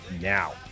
now